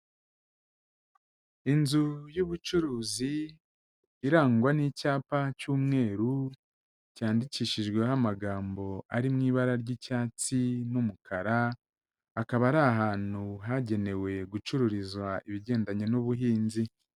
Inzu y'ubucuruzi irangwa n'icyapa cy'umweru cyandikishijweho amagambo ari mu ibara ry'icyatsi n'umukara, akaba ari ahantu hagenewe gucururizwa ibigendanye n'ubuhinzi.